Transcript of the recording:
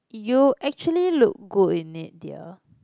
you actually look good in it dear